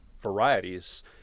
varieties